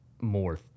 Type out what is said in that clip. more